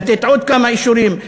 לתת עוד כמה אישורים.